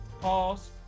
Pause